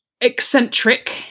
eccentric